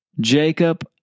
Jacob